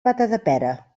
matadepera